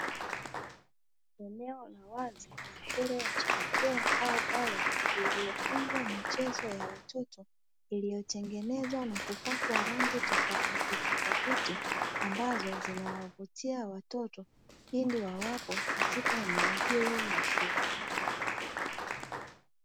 Eneo la wazi la shule ya chekechea au awali, lililofungwa michezo ya watoto, iliyotengenezwa na kupakwa rangi tofauti tofauti ambazo zinawavutia watoto pindi wawapo katika eneo hilo la shule.